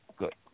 Good